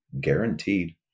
guaranteed